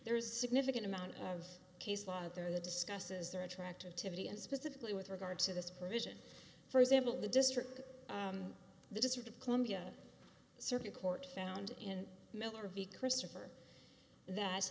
there is a significant amount of case law there that discusses they're attracted to and specifically with regard to this provision for example the district the district of columbia circuit court found in miller v christopher that